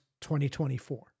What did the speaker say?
2024